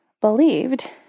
believed